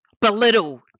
belittle